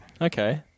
Okay